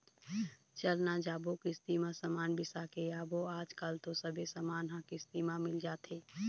चल न जाबो किस्ती म समान बिसा के आबो आजकल तो सबे समान मन ह किस्ती म मिल जाथे